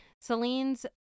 Celine's